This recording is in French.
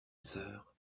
sœur